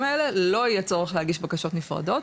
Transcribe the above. האלו לא יהיה צורך להגיש בקשות נפרדות,